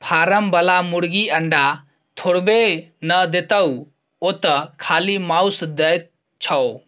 form बला मुरगी अंडा थोड़बै न देतोउ ओ तँ खाली माउस दै छै